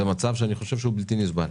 זה מצב שהוא בלתי נסבל.